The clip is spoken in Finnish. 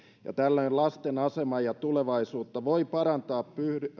ja tällöin lasten asemaa ja tulevaisuutta voi parantaa